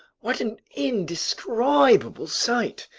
what an indescribable sight!